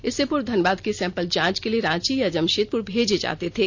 इससे पूर्व धनबाद के सैंपल जांच के लिए रांची या जमशेदपुर भेजे जाते थे